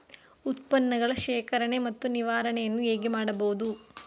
ಉತ್ಪನ್ನಗಳ ಶೇಖರಣೆ ಮತ್ತು ನಿವಾರಣೆಯನ್ನು ಹೇಗೆ ಮಾಡಬಹುದು?